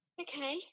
Okay